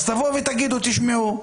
אז תבואו ותגידו 'תשמעו,